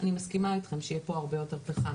אני מסכימה אתכם שיהיה פה הרבה יותר פחם